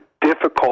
Difficult